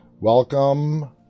welcome